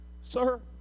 Sir